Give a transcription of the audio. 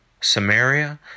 Samaria